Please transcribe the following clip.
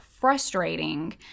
frustrating